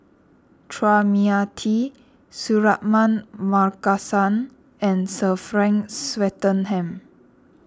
Chua Mia Tee Suratman Markasan and Sir Frank Swettenham